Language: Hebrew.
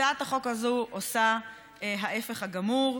הצעת החוק הזאת עושה ההפך הגמור.